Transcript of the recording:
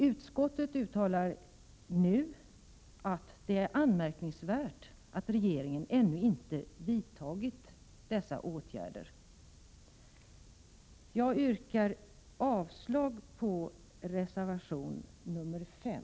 Utskottet uttalar nu att det är anmärkningsvärt att regeringen ännu inte vidtagit dessa åtgärder. Jag yrkar avslag på reservation 5;